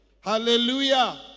Hallelujah